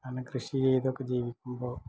അങ്ങനെ കൃഷി ചെയ്തൊക്കെ ജീവിക്കുമ്പോൾ